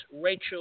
Rachel